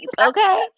okay